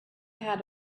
had